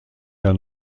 der